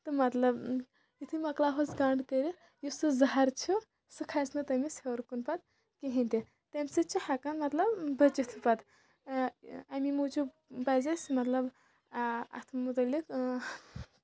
مطلب یِتُھے مۄکلاوہوس گنڈ کٔرِتھ یُس سُہ زَہر چھُ سُہ کھسہِ نہٕ تٔمِس ہیور کُن پَتہٕ کِہینۍ تہِ تَمہِ سۭتۍ چھِ ہٮ۪کان مطلب بٔچِتھ پَتہٕ اَمی موٗجوٗب پَزِ اَسہِ مطلب اَتھ مُتعلِق